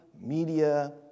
media